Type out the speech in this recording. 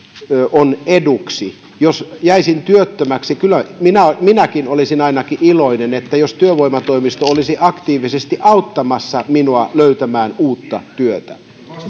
on eduksi jos jäisin työttömäksi kyllä minä ainakin olisin iloinen jos työvoimatoimisto olisi aktiivisesti auttamassa minua löytämään uutta työtä